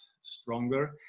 stronger